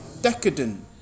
decadent